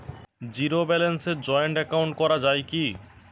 Zero ব্যালেন্সে joint account করা য়ায় কি?